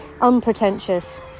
unpretentious